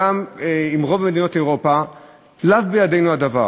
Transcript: גם עם רוב מדינות אירופה, לאו בידינו הדבר,